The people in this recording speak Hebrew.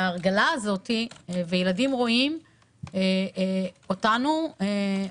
ההגרלה הזאת הילדים רואים אותנו